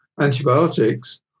antibiotics